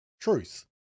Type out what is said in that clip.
truth